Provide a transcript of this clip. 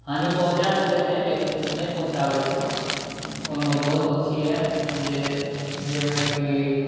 हानि पहुँचा सकैत छै लेकिन नहि पहुँचाबैत छै ओहिमे बहुत पक्षी यए जे जाहिमे कि